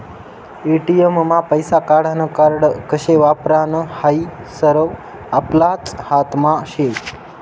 ATM मा पैसा काढानं कार्ड कशे वापरानं हायी सरवं आपलाच हातमा शे